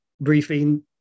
briefing